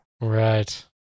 Right